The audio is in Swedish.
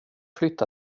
flytta